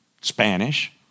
Spanish